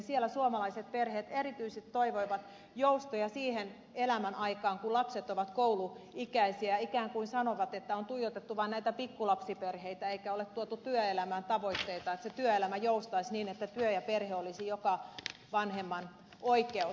siellä suomalaiset perheet erityisesti toivovat joustoja siihen elämänaikaan kun lapset ovat kouluikäisiä ikään kuin sanovat että on tuijotettu vain näitä pikkulapsiperheitä eikä ole tuotu työelämään tavoitteita että se työelämä joustaisi niin että työ ja perhe olisivat joka vanhemman oikeus